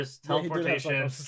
teleportation